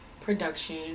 production